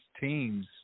teams